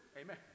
Amen